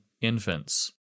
infants